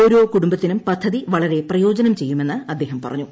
ഓരോ കുടുംബത്തിനും പദ്ധതി വളരെ പ്രയോജനം ചെയ്യുമെന്ന് അദ്ദേഹം പറഞ്ഞു